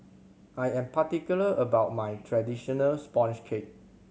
I am particular about my traditional sponge cake